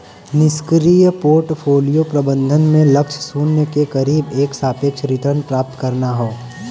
निष्क्रिय पोर्टफोलियो प्रबंधन में लक्ष्य शून्य के करीब एक सापेक्ष रिटर्न प्राप्त करना हौ